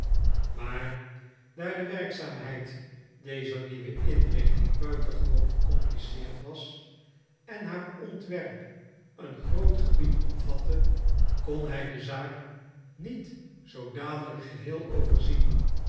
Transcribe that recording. maar daar de werkzaamheid dezer nieuwe inrichting buitengewoon gecompliceerd was en haar ontwerp een groot gebied omvatte kon hij de zaak niet zoo dadelijk geheel overzien